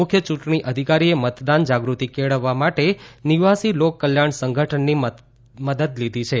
મુખ્ય ચૂંટણી અધિકારીએ મતદાન જાગૃત્તિ કેળવવા માટે નિવાસી લોકકલ્યાણ સંગઠનની મદદ લીધી છે